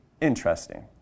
interesting